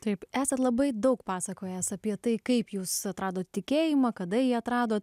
taip esat labai daug pasakojęs apie tai kaip jūs atrado tikėjimą kada jį atradote